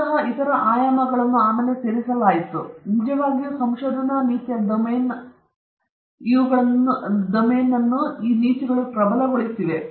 ಅನೇಕ ಇತರ ಸಮಸ್ಯೆಗಳಿವೆ ಇದು ದೊರೆತಿದೆ ಇದು ನಿಜವಾಗಿಯೂ ಸಂಶೋಧನಾ ನೀತಿಯ ಡೊಮೇನ್ ಅನ್ನು ಬಲವಾದ ಮತ್ತು ಪ್ರಬಲಗೊಳಿಸಿದೆ